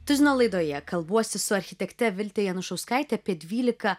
tuzino laidoje kalbuosi su architekte vilte janušauskaite apie dvylika